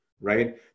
right